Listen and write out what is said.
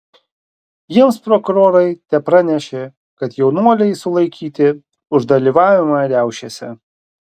jiems prokurorai tepranešė kad jaunuoliai sulaikyti už dalyvavimą riaušėse